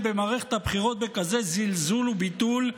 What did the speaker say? במערכת הבחירות בכזה זלזול וביטול,